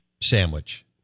Sandwich